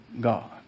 God